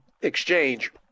exchange